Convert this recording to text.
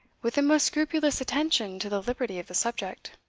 with the most scrupulous attention to the liberty of the subject.